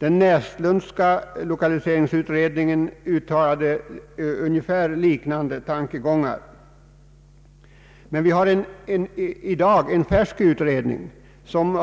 Den Näslundska lokaliseringsutredningen uttalade ungefär liknande tankegångar. Vi har nu en färsk utredning som